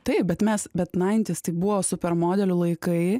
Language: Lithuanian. taip bet mes bet naintis tai buvo super modelių laikai